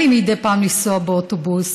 לנסוע באוטובוס